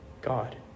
God